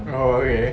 oh okay